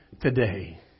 today